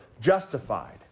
justified